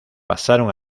pasaron